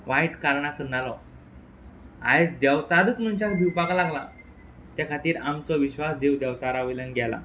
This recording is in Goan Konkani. वायट कारणां कन्नालो आयज देवचारूत मनशाक भिवपाक लागला ते खातीर आमचो विश्वास देव देंवचारा वयल्यान गेला